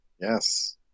Yes